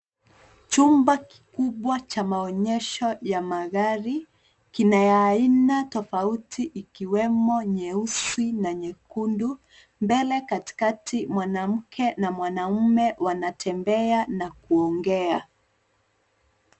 Chumba kikubwa cha maonyesho ya magari kina ya aina tofauti ikiwemo nyeusi na nyekundu. Mbele katikati mwanamke na mwanamme wanatembea na kuongea.